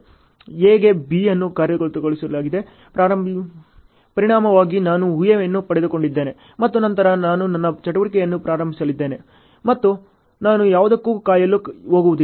A ಗೆ B ಅನ್ನು ಕಾರ್ಯಗತಗೊಳಿಸಿದ ಪರಿಣಾಮವಾಗಿ ನಾನು ಊಹೆಯನ್ನು ಪಡೆದುಕೊಂಡಿದ್ದೇನೆ ಮತ್ತು ನಂತರ ನಾನು ನನ್ನ ಚಟುವಟಿಕೆಯನ್ನು ಪ್ರಾರಂಭಿಸಲಿದ್ದೇನೆ ಮತ್ತು ನಾನು ಯಾವುದಕ್ಕೂ ಕಾಯಲು ಹೋಗುವುದಿಲ್ಲ